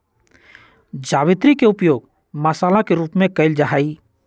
जावित्री के उपयोग मसाला के रूप में कइल जाहई